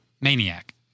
maniac